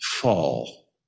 fall